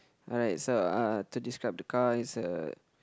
alright so uh to describe the car is a